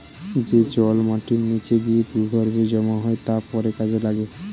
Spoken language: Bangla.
যে জল মাটির নিচে গিয়ে ভূগর্ভে জমা হয় তা পরে কাজে লাগে